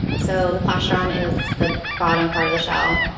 so the plastron is the bottom part of the shell,